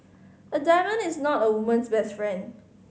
a diamond is not a woman's best friend